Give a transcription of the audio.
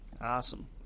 Awesome